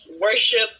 worship